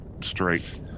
straight